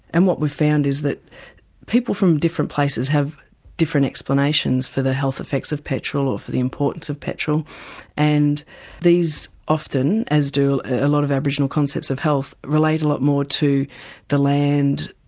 and what we've found is that people from different places have different explanations for the health effects of petrol or for the importance of petrol and these often as do a lot of aboriginal concepts of health relate a lot more to the land,